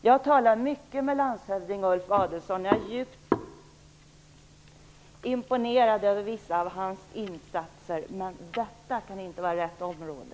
Jag har talat mycket med landshövding Ulf Adelsohn, och jag är djupt imponerad över vissa av hans insatser, men detta kan inte vara rätt område.